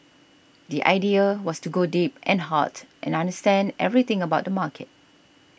the idea was to go deep and hard and understand everything about the market